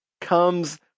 comes –